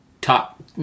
top